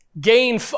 gain